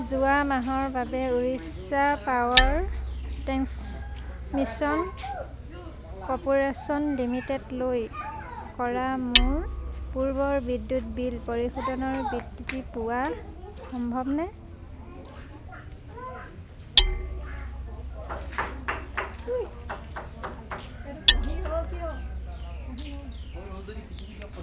যোৱা মাহৰ বাবে উৰিষ্যা পাৱাৰ ট্ৰেন্সমিচন কৰ্পোৰেশ্যন লিমিটেডলৈ কৰা মোৰ পূৰ্বৰ বিদ্যুৎ বিল পৰিশোধনৰ বিবৃতি পোৱা সম্ভৱনে